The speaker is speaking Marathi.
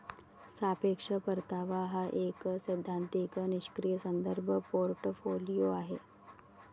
सापेक्ष परतावा हा एक सैद्धांतिक निष्क्रीय संदर्भ पोर्टफोलिओ आहे